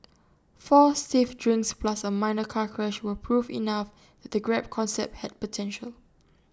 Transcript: four stiff drinks plus A minor car crash were proof enough the grab concept had potential